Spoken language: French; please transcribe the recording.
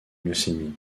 leucémie